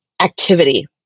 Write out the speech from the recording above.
activity